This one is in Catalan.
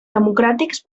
democràtics